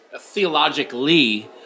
theologically